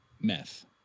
meth